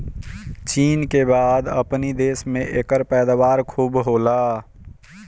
चीन के बाद अपनी देश में एकर पैदावार खूब होला